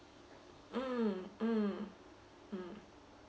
mm mm mm